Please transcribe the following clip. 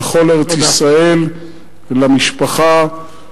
לכל ארץ-ישראל ולמשפחה.